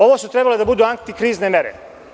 Ovo su trebale da budu antikrizne mere.